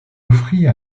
offrit